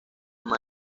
más